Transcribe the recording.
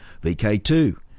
VK2